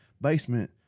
basement